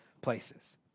places